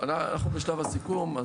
אנחנו בשלב הסיכום.